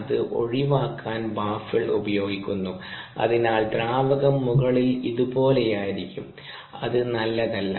അത് ഒഴിവാക്കാൻ ബാഫിൾ ഉപയോഗിക്കുന്നു അതിനാൽ ദ്രാവകം മുകളിൽ ഇതുപോലെയായിരിക്കും അത് നല്ലതല്ല